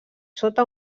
sota